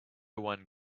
one